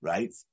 Right